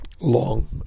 long